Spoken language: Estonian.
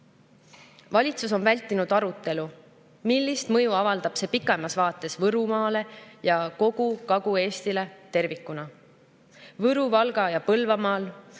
maksta. Valitsus on vältinud arutelu, millist mõju avaldab see pikemas vaates Võrumaale ja kogu Kagu-Eestile tervikuna. Võru‑, Valga‑ ja Põlvamaal